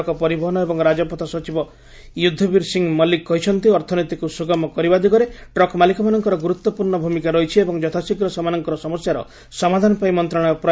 ସଡ଼କ ପରିବହନ ଏବଂ ରାଜପଥ ସଚିବ ୟୁଦ୍ଧବୀର ସିଂ ମଲିକ୍ କହିଛନ୍ତି ଅର୍ଥନୀତିକୁ ସୁଗମ କରିବା ଦିଗରେ ଟ୍ରକ୍ ମାଲିକମାନଙ୍କର ଗୁରୁତ୍ୱପୂର୍ଣ୍ଣ ଭୂମିକା ରହିଛି ଏବଂ ଯଥାଶୀଘ୍ର ସେମାନଙ୍କର ସମସ୍ୟାର ସମାଧାନ ପାଇଁ ମନ୍ତ୍ରଶାଳୟ ପ୍ରୟାସ କରିବ